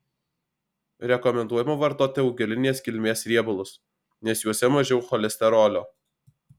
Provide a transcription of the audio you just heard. rekomenduojama vartoti augalinės kilmės riebalus nes juose mažiau cholesterolio